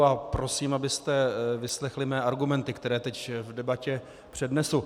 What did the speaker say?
A prosím, abyste vyslechli mé argumenty, které teď v debatě přednesu.